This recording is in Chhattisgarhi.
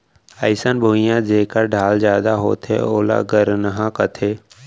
अइसन भुइयां जेकर ढाल जादा होथे ओला गरनहॉं कथें